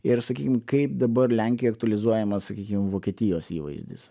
ir sakykim kaip dabar lenkijoj aktualizuojamas sakykim vokietijos įvaizdis